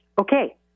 Okay